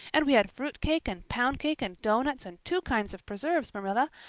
and we had fruit cake and pound cake and doughnuts and two kinds of preserves, marilla.